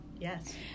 Yes